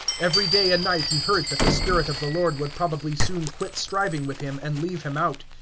every day and night he heard that the spirit of the lord would probably soon quit striving with him, and leave him out.